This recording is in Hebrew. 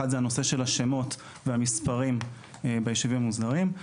אחד הוא הנושא של השמות והמספרים ביישובים המוסדרים.